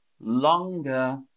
longer